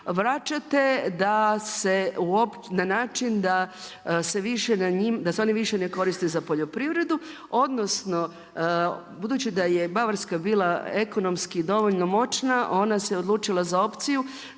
da se više, da se one više ne koriste za poljoprivredu, odnosno budući da je Bavarska bila ekonomski dovoljno moćna ona se odlučila za opciju